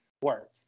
work